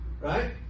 Right